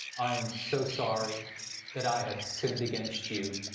i am so sorry that i have sinned against you,